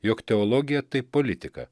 jog teologija tai politika